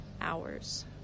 Hours